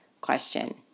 question